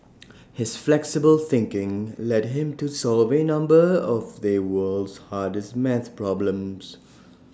his flexible thinking led him to solve A number of the world's hardest math problems